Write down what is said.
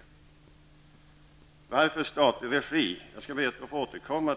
När det gäller frågan om varför detta brobygge skall ske i statlig regi ber jag att få återkomma